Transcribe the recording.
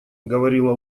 говорила